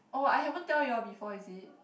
oh I haven't tell you all before is it